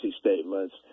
statements